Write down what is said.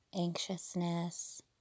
anxiousness